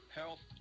health